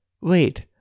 Wait